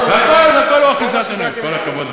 והכול אחיזת עיניים, כל הכבוד לך,